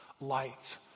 light